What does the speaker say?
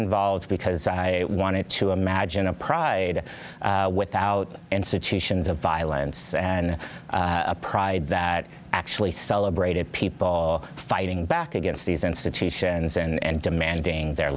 involved because i wanted to imagine a pride without institutions of violence and a pride that actually celebrated people all fighting back against these institutions and demanding their